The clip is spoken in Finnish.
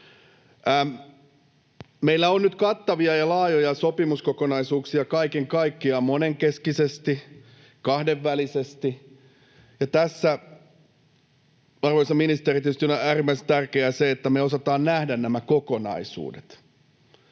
Meillä on nyt kattavia ja laajoja sopimuskokonaisuuksia kaiken kaikkiaan monenkeskisesti ja kahdenvälisesti, ja tässä, arvoisa ministeri, tietysti on äärimmäisen tärkeää, että me osataan nähdä nämä kokonaisuudet.